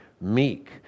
meek